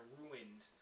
ruined